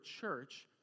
church